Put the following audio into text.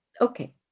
okay